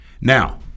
Now